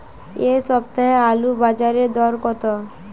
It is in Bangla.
এ সপ্তাহে আলুর বাজারে দর কত?